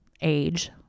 age